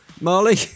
Marley